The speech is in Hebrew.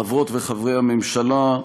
חברות וחברי הממשלה,